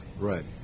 right